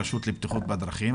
ברשות לבטיחות בדרכים,